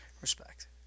Respect